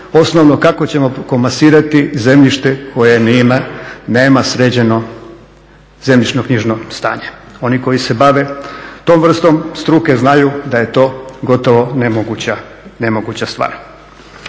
osnovno, kako ćemo komasirati zemljište koje nema sređeno zemljišno knjižno stanje? Oni koji se bave tom vrstom struke znaju da je to gotovo nemoguća stvar.